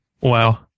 Wow